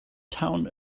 town